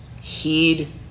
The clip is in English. heed